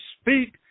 speak